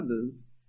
others